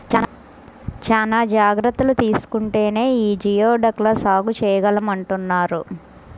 చానా జాగర్తలు తీసుకుంటేనే యీ జియోడక్ ల సాగు చేయగలమంటన్నారు